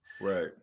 Right